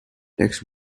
text